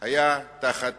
היה תחת